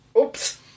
Oops